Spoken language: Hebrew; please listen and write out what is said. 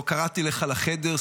לא קראתי לך לחדר,